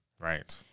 Right